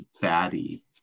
batty